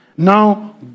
Now